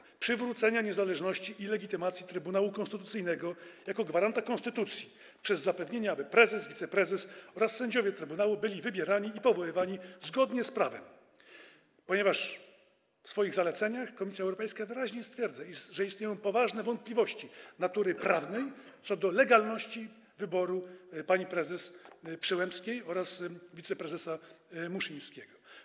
Oczekuje przywrócenia niezależności i legitymacji Trybunału Konstytucyjnego jako gwaranta konstytucji przez zapewnienie, że prezes, wiceprezes oraz sędziowie trybunału będą wybierani i powoływani zgodnie z prawem, ponieważ Komisja Europejska w swoich zaleceniach wyraźnie stwierdza, że istnieją poważne wątpliwości natury prawnej co do legalności wyboru pani prezes Przyłębskiej oraz wiceprezesa Muszyńskiego.